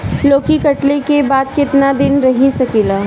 लौकी कटले के बाद केतना दिन रही सकेला?